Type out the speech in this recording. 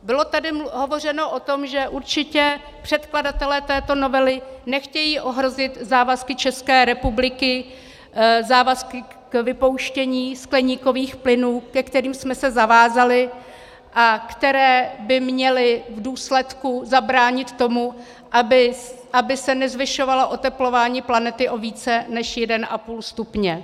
Bylo tady hovořeno o tom, že určitě předkladatelé této novely nechtějí ohrozit závazky České republiky k vypouštění skleníkových plynů, ke kterým jsme se zavázali a které by měly v důsledku zabránit tomu, aby se nezvyšovalo oteplování planety o více než 1,5 stupně.